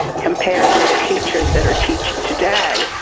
compared to the teachers that are teaching today,